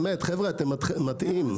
חבר'ה, אתם מטעים.